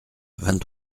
vingt